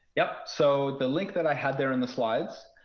yeah. so the link that i had there in the slides